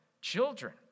children